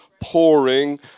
pouring